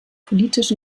politisch